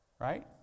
Right